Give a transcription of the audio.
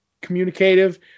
communicative